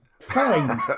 fine